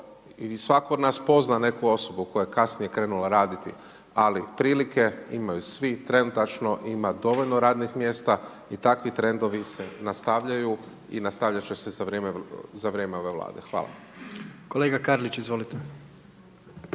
svatko od nas pozna neku osobu koja je kasnije krenula raditi, ali prilike imaju svi, trenutačno ima dovoljno radnih mjesta i takvi trendovi se nastavljaju i nastavljat će se za vrijeme ove vlade. Hvala. **Jandroković, Gordan